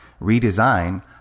redesign